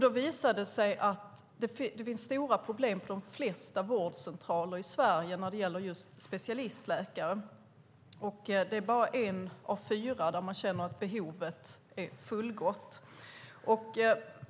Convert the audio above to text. Det visade sig att det finns stora problem på de flesta vårdcentraler i Sverige när det gäller just specialistläkare. Det är bara på en av fyra som man känner att behovet är fullgott tillgodosett.